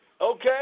okay